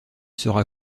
sera